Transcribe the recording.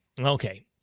okay